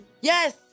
Yes